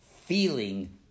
feeling